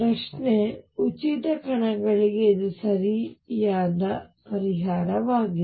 ಪ್ರಶ್ನೆ ಉಚಿತ ಕಣಗಳಿಗೆ ಇದು ಸರಿಯಾದ ಪರಿಹಾರವಾಗಿದೆ